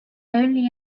only